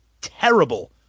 terrible